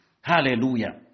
Hallelujah